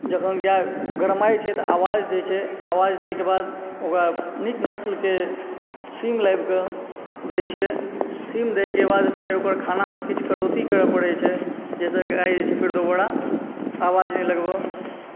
जखन गाय गरमाइ छै तऽ आवाज दैत छै आवाज दयके बाद ओकरा नीक नस्लके सीम लाबिकऽ दैत छियै सीम दयके बाद फेर ओकर खानामे किछु कटौती करऽ पड़ैत छै जाहिसँ गाय जे छै फेर दोबारा आवाज नहि लगबऽ